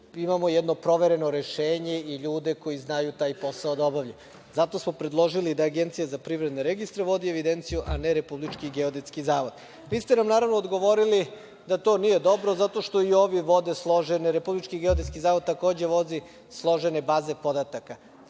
imamo jedno provereno rešenje i ljude koji znaju taj posao da obavljaju. Zato smo predložili da Agencija za privredne registre vodi evidenciju, a ne Republički geodetski zavod. Vi ste nam, naravno, odgovorili da to nije dobro, zato što i ovi vode složene, Republički geodetski zavod takođe vodi složene baze podataka.